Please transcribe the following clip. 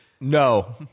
No